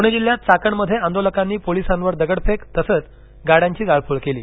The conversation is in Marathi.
पुणे जिल्ह्यात चाकणमध्ये आंदोलकांनी पोलिसांवर दगडफेक तसंच गाड्यांची जाळपोळ केली